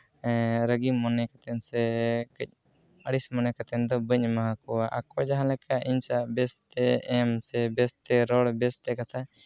ᱨᱟᱹᱜᱤ ᱢᱚᱱᱮ ᱠᱟᱛᱮᱫ ᱥᱮ ᱠᱟᱹᱡ ᱟᱹᱲᱤᱥ ᱢᱚᱱᱮ ᱠᱟᱛᱮᱫ ᱫᱚ ᱵᱟᱹᱧ ᱮᱢᱟ ᱟᱠᱚᱣᱟ ᱟᱠᱚ ᱡᱟᱦᱟᱸ ᱞᱮᱠᱟ ᱤᱧ ᱥᱟᱞᱟᱜ ᱵᱮᱥᱛᱮ ᱮᱢ ᱥᱮ ᱵᱮᱥᱛᱮ ᱨᱚᱲ ᱵᱮᱥᱛᱮ ᱠᱟᱛᱷᱟ